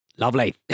Lovely